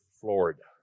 Florida